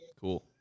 Cool